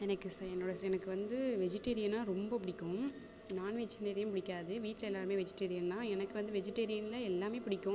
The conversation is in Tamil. எனக்கு செ என்னோடய ஸ் எனக்கு வந்து வெஜிடேரியன்னா ரொம்ப பிடிக்கும் நான்வெஜிடேரியன் பிடிக்காது வீட்டில் எல்லாரம் வெஜிடேரியன் தான் எனக்கு வந்து வெஜிடேரியனில் எல்லாம் பிடிக்கும்